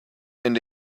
and